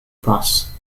bus